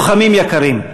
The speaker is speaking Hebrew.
לוחמים יקרים,